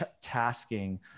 tasking